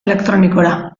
elektronikora